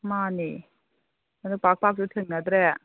ꯃꯥꯅꯦ ꯑꯗꯨ ꯄꯥꯛ ꯄꯥꯛꯁꯨ ꯊꯦꯡꯅꯗ꯭ꯔꯦ